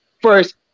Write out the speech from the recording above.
first